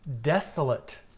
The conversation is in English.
desolate